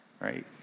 right